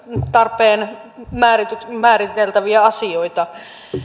suhteen määriteltäviä määriteltäviä asioita